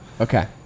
Okay